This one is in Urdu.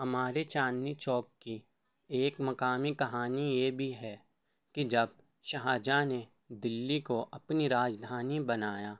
ہمارے چاندنی چوک کی ایک مقامی کہانی یہ بھی ہے کہ جب شاہجہاں نے دلّی کو اپنی راجدھانی بنایا